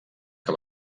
que